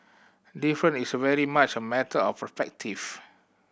different is very much a matter of perspective